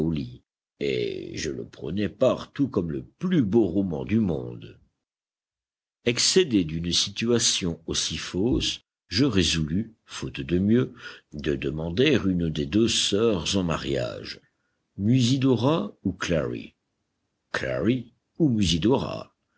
et je le prônai partout comme le plus beau roman du monde excédé d'une situation aussi fausse je résolus faute de mieux de demander une des deux sœurs en mariage musidora ou clary clary ou